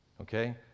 Okay